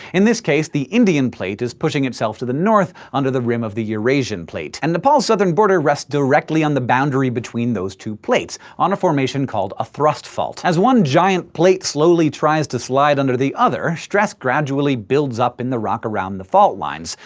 in this case, the indian plate is pushing itself to the north, under the rim of the eurasian plate. and nepal's southern border rests directly on the boundary between those two plates, on a formation called a thrust fault. as one giant plate slowly tries to slide under the other, stress gradually builds up in the rock around the fault lines,